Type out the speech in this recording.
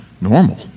normal